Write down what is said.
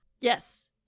Yes